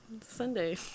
Sunday